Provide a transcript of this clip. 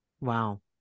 Wow